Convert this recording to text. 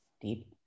deep